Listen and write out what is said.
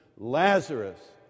Lazarus